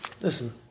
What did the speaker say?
Listen